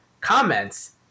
Comments